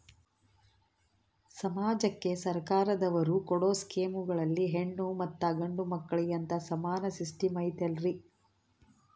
ಸಮಾಜಕ್ಕೆ ಸರ್ಕಾರದವರು ಕೊಡೊ ಸ್ಕೇಮುಗಳಲ್ಲಿ ಹೆಣ್ಣು ಮತ್ತಾ ಗಂಡು ಮಕ್ಕಳಿಗೆ ಅಂತಾ ಸಮಾನ ಸಿಸ್ಟಮ್ ಐತಲ್ರಿ?